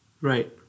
Right